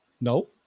No